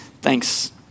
Thanks